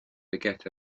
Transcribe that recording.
forget